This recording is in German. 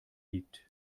liegt